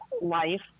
life